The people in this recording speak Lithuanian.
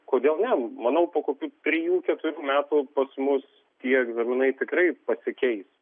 kodėl ne manau po kokių trijų keturių metų pas mus tie egzaminai tikrai pasikeis